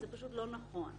היא פשוט לא נכונה.